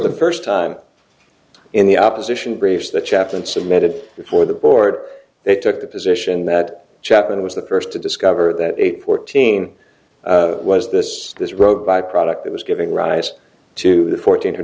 the first time in the opposition briefs the chaplain submitted before the board they took the position that chapman was the first to discover that eight fourteen was this this rogue byproduct it was giving rise to the fourteen